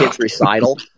recital